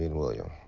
and william.